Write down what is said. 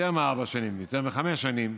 יותר מארבע שנים, יותר מחמש שנים,